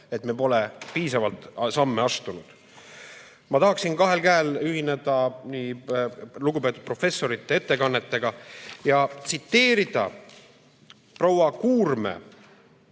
et me pole piisavalt samme astunud. Ma tahaksin kahel käel ühineda lugupeetud professorite ettekannetega ja tsiteerida proua Kuurme